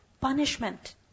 punishment